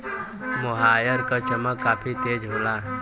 मोहायर क चमक काफी तेज होला